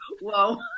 whoa